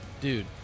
dude